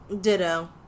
Ditto